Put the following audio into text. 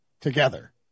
together